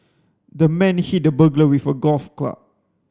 the man hit the burglar with a golf club